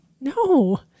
No